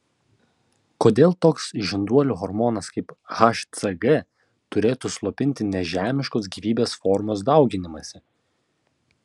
kodėl toks žinduolių hormonas kaip hcg turėtų slopinti nežemiškos gyvybės formos dauginimąsi